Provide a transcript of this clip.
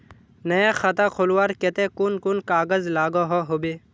नया खाता खोलवार केते कुन कुन कागज लागोहो होबे?